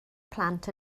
plant